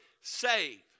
save